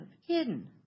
hidden